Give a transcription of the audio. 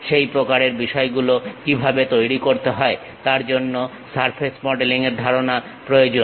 সেই প্রকারের বিষয় গুলো কিভাবে তৈরি করতে হয় তার জন্য সারফেস মডেলিং এর ধারণা প্রয়োজন